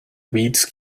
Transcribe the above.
weeds